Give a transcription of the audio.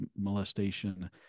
molestation